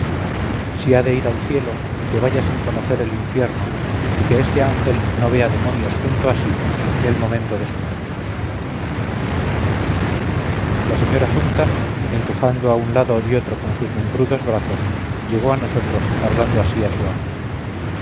ha de ir al cielo que vaya sin conocer el infierno y que este ángel no vea demonios junto a sí en el momento de su muerte la señora sumta empujando a un lado y otro con sus membrudos brazos llegó a nosotros hablando así a su amo